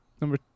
Number